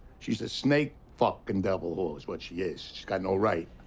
she's a snake fucking devil whore is what she is. she's got no right.